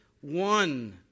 one